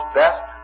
best